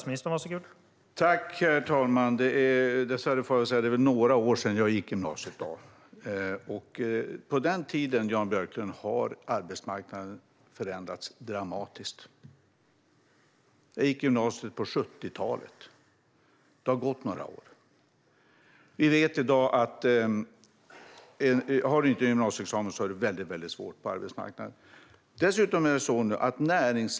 Herr talman! Jag får väl säga att det dessvärre är några år sedan jag gick i gymnasiet. På den tiden, Jan Björklund, har arbetsmarknaden förändrats dramatiskt. Jag gick i gymnasiet på 70-talet. Det har gått några år. Vi vet i dag att om man inte har en gymnasieexamen har man det väldigt svårt på arbetsmarknaden.